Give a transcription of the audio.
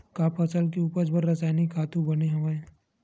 का फसल के उपज बर रासायनिक खातु बने हवय?